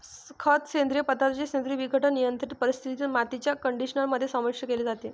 खत, सेंद्रिय पदार्थांचे सेंद्रिय विघटन, नियंत्रित परिस्थितीत, मातीच्या कंडिशनर मध्ये समाविष्ट केले जाते